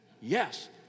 Yes